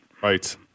Right